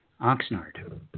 Oxnard